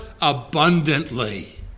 abundantly